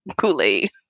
Kool-Aid